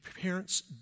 parents